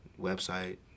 website